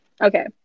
okay